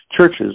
churches